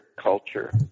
culture